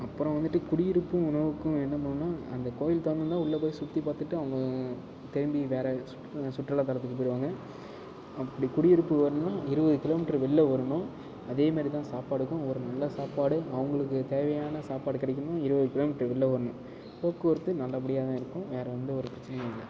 அப்புறம் வந்துவிட்டு குடியிருப்பும் உணவுக்கும் என்ன பண்ணனுனால் அந்த கோயில் திறந்துதான் உள்ளே போய் சுற்றி பார்த்துட்டு அவங்க திரும்பி வேறே சு சுற்றுலாத் தலத்துக்கு போய்விடுவாங்க அப்படி குடியிருப்பு வேணுனால் இருபது கிலோமீட்டர் வெளியில் வரணும் அதேமாரி தான் சாப்பாட்டுக்கும் ஒரு நல்ல சாப்பாடு அவங்களுக்கு தேவையான சாப்பாடு கிடைக்கணுனா இருபது கிலோமீட்டர் வெளியில் வரணும் போக்குவரத்து நல்லபடியாக தான் இருக்கும் வேறே எந்த ஒரு பிரச்சனையும் இல்லை